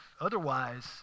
Otherwise